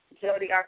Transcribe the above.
Jody